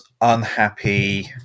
unhappy